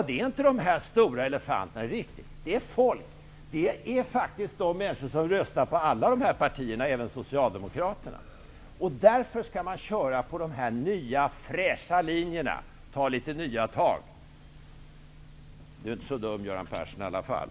Det är inte de stora elefanterna. Det är folk. Det är faktiskt människor som röstar på alla dessa partier, även Socialdemokraterna. Därför skall man köra på de här nya fräscha linjerna och ta litet nya tag. Göran Persson är inte så dum i alla fall.